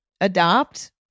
adopt